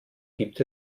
gibt